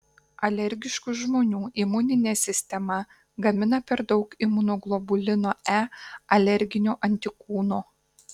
alergiškų žmonių imuninė sistema gamina per daug imunoglobulino e alerginio antikūno